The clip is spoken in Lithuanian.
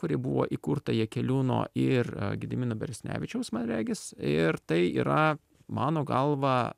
kuri buvo įkurta jakeliūno ir a gedimino beresnevičiaus man regis ir tai yra mano galva